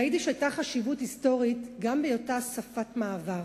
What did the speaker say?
ליידיש היתה חשיבות היסטורית גם בהיותה שפת מעבר